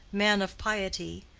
man of piety,